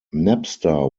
napster